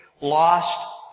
lost